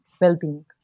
well-being